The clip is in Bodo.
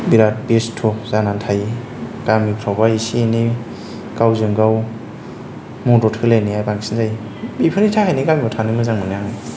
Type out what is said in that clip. बिराद बेस्थ जानानै थायो गामिफोरावबा एसे एनै गावजों गाव मदद होलायनाया बांसिन जायो बेफोरनि थाखायनो गामियाव थानो मोजां मोनो आं